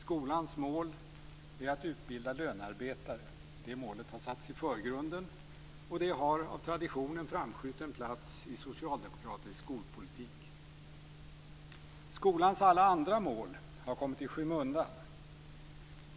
Skolans mål är att utbilda lönearbetare. Det målet har satts i förgrunden, och det har av tradition en framskjuten plats i socialdemokratisk skolpolitik. Skolans alla andra mål har kommit i skymundan.